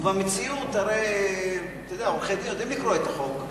ובמציאות הרי עורכי-דין יודעים לקרוא את החוק.